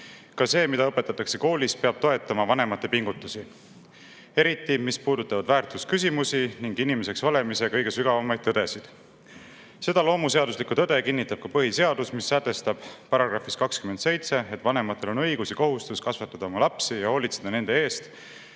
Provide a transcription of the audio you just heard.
Ka see, mida õpetatakse koolis, peab toetama vanemate pingutusi, eriti mis puudutab väärtusküsimusi ning inimeseks olemise kõige sügavamaid tõdesid. Seda loomuseaduslikku tõde kinnitab ka põhiseadus, mille § 27 sätestab, et vanematel on õigus ja kohustus kasvatada oma lapsi ja hoolitseda nende eest,